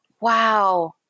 Wow